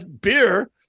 Beer